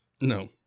No